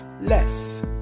less